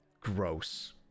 Gross